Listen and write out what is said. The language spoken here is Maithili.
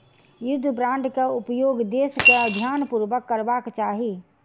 युद्ध बांड के उपयोग देस के ध्यानपूर्वक करबाक चाही